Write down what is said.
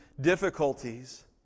difficulties